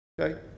Okay